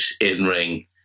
in-ring